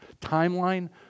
timeline